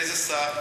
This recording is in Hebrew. איזה שר?